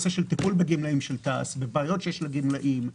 בבעיות שיש לגמלאים,